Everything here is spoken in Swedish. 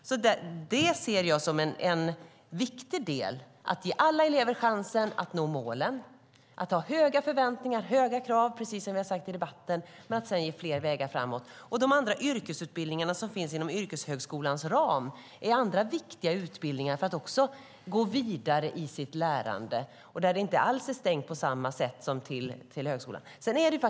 Det ser jag som en viktig del. Man ger alla elever chansen att nå målen, har höga förväntningar och krav, precis som har sagts i debatten, och öppnar flera vägar framåt. De andra yrkesutbildningar som finns inom yrkeshögskolans ram är andra viktiga utbildningar för att man ska kunna gå vidare i sitt lärande och där det inte alls är stängt till högskolan.